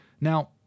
Now